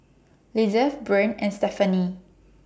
Lizeth Brean and Stephany